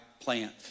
plant